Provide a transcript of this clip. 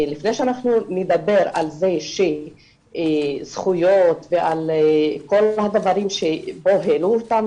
לפני שאנחנו נדבר על זכויות ועל כל הדברים שהעלו אותם,